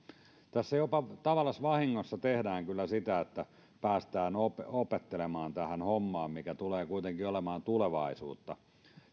tässä jopa tavallansa vahingossa tehdään kyllä sitä että päästään opettelemaan tähän hommaan mikä tulee kuitenkin olemaan tulevaisuutta